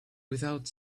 without